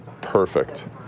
perfect